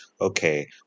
Okay